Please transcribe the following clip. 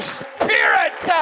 spirit